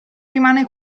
rimane